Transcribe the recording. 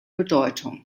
bedeutung